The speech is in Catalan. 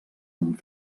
amb